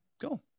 go